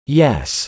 yes